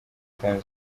tanu